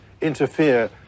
interfere